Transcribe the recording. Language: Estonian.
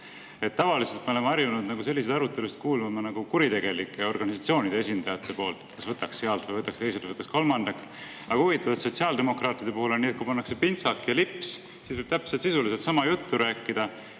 Tavaliselt me oleme harjunud selliseid arutelusid kuulma kuritegelike organisatsioonide esindajate poolt, kes võtaks sealt või võtaks teiselt või kolmandalt. Aga huvitav, et sotsiaaldemokraatide puhul on nii, et kui pannakse pintsak [selga] ja lips [ette], siis võib rääkida sisuliselt täpselt sama